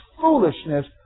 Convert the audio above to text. foolishness